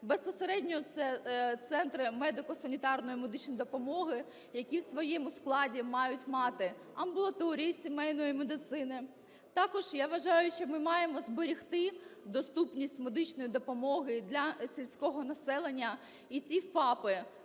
Безпосередньо це центри медико-санітарної медичної допомоги, які в своєму складі мають мати амбулаторії сімейної медицини. Також, я вважаю, що ми маємо зберегти доступність медичної допомоги для сільського населення і ті ФАПи,